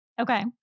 okay